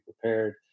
prepared